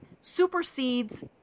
supersedes